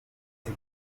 nzi